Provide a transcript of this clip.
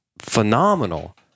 phenomenal